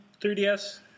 3DS